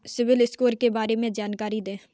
CIBIL score के बारे में जानकारी दें?